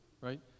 right